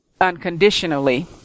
unconditionally